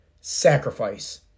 sacrifice